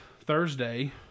Thursday